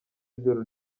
ijoro